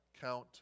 count